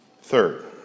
Third